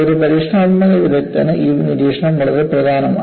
ഒരു പരീക്ഷണാത്മക വിദഗ്ദ്ധന് ഈ നിരീക്ഷണം വളരെ പ്രധാനമാണ്